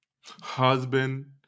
Husband